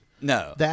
No